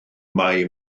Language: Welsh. mai